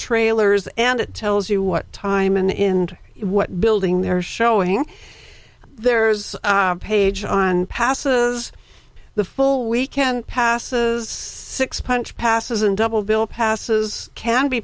trailers and it tells you what time and in what building they're showing there's a page on passes the full weekend passes six punch passes and double bill passes can be